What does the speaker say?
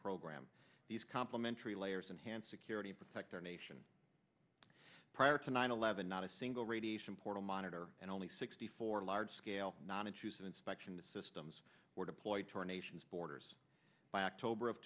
program these complementary layers enhanced security protect our nation prior to nine eleven not a single radiation portal monitor and only sixty four large scale non intrusive inspection the systems were deployed to our nation's borders by october of